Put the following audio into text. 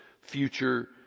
future